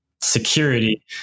security